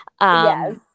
Yes